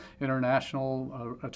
international